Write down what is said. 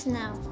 now